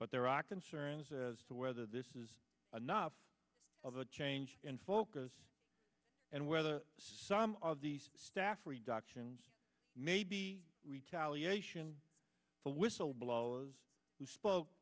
but there are concerns as to whether this is enough of a change in focus and whether some of the staff reductions may be retaliation the whistleblower who spoke